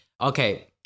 Okay